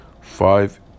five